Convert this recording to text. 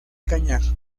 cañar